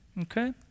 Okay